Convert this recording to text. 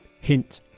Hint